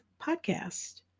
podcast